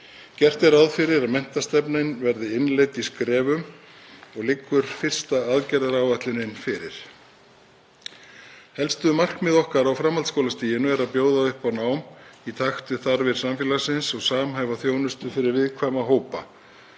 Gert er ráð fyrir að menntastefnan verði innleidd í skrefum og liggur fyrsta aðgerðaáætlunin fyrir. Helstu markmið okkar á framhaldsskólastiginu eru að bjóða upp á nám í takt við þarfir samfélagsins og samhæfa þjónustu fyrir viðkvæma hópa.